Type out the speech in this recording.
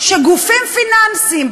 שגופים פיננסיים,